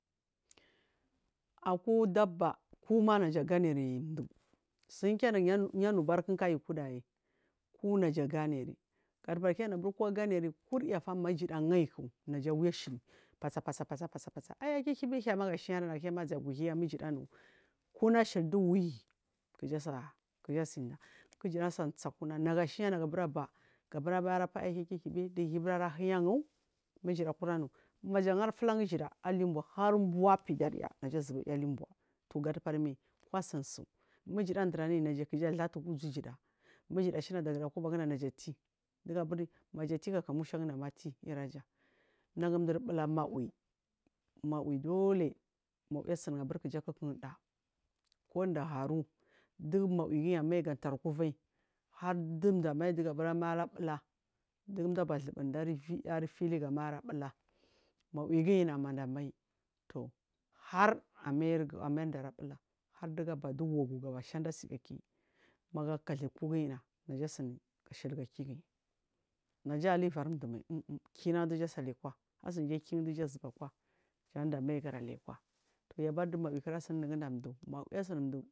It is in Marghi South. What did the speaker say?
Aku ɗaba kuma naga ganiri mɗu sugu guyu anu baryu ayukuɗu sugu guyu anu baryu ayukuɗu ku naza ganiri gaɗubari ginuburi ganirikufa ma tguɗa agayi naya auli shile patsa patsa aya kiwbi hiyamagu ashifi nara nasa zagu hiya mu igiɗanu kuna shilidu wi kuguɗa asa tsa kuna shina magu ɓera bah gabera mai ra paya hiri ɗu hiburara huyagu mu igida kuramu maja gari fulanga iyuɗa alihar umbowa har apiɗa naga zubuya hari abumbiwa gaɗubarimi ku asuni su mu iguɗa aɗur anuyi naga thatu uza iguɗa ma iguɗa ashiba ɗaguri gakuba naja tie ɗugaɓuri kakka mushaguda atie waya nagu mɗuri bukka mawi mawi doli naja suniun aburi kukun unda ko nda hanu du mawi gunyi mai ga tari kuri kuvayi harɗuɗa mai ɗugura bulla nɗuɗa bathuburi arbula filligamairabula mawiguyina manda mai toh har amairiɗa arabula ɗuguba ɗuwagu gabashaɗa asigaki magu kuthukugina nayasini gaki naja livarnɗu mai kina ɗujasali kwa asunja kuɗuja azubakwa janda mayii gara likwa ya abariɗu maw ikura sun nuguɗa mɗu mawi asun mɗu.